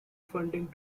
funding